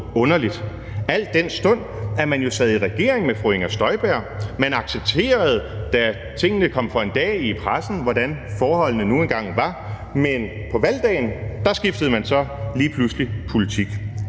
al den stund at man jo sad i regering med fru Inger Støjberg. Man accepterede, da tingene kom for en dag i pressen, hvordan forholdene nu engang var, men på valgdagen skiftede man så lige pludselig politik.